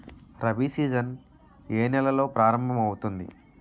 Rabi season ఏ నెలలో ప్రారంభమౌతుంది?